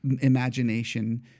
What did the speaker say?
imagination